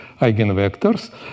eigenvectors